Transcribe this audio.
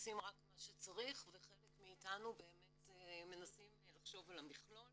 עושים רק מה שצריך וחלק מאתנו באמת מנסים לחשוב על המכלול.